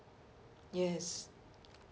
yes